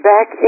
Back